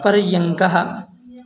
पर्यङ्कः